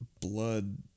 blood